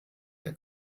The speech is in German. der